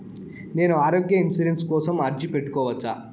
నేను ఆరోగ్య ఇన్సూరెన్సు కోసం అర్జీ పెట్టుకోవచ్చా?